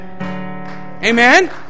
Amen